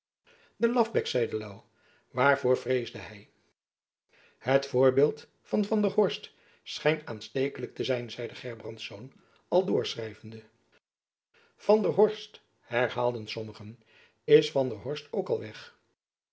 de lafbek zeide louw waarvoor vreesde hy het voorbeeld van van der horst schijnt aanstekelijk te zijn zeide gerbrandsz al doorschrijvende van der horst herhaalden sommigen is van der horst ook al weg